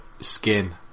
skin